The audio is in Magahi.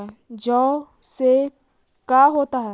जौ से का होता है?